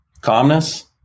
calmness